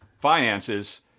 finances